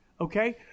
Okay